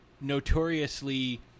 notoriously